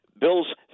Bill's